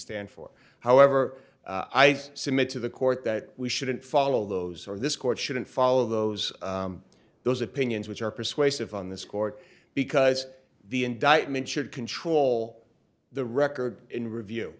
stand for however i submit to the court that we shouldn't follow those or this court shouldn't follow those those opinions which are persuasive on this court because the indictment should control the record in review